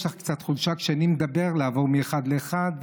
יש לך קצת חולשה כשאני מדבר, לעבור מאחד לאחד.